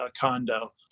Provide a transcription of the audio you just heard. condo